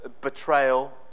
betrayal